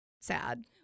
sad